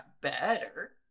better